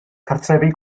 cartrefi